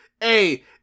hey